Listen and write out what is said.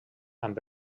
amb